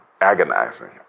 agonizing